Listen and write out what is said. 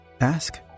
Ask